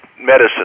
medicine